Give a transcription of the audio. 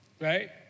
right